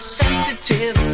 sensitive